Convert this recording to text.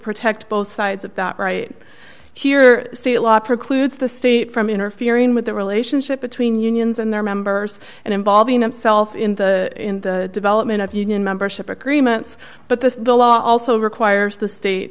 protect both sides of that right here state law precludes the state from interfering with the relationship between unions and their members and involving himself in the in the development of union membership agreements but the law also requires the state